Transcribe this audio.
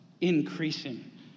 increasing